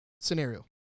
scenario